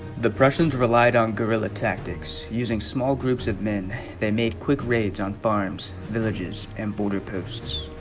the prussians relied on guerrilla tactics using small groups of men they made quick raids on farms villages and border posts